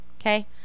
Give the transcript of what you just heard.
Okay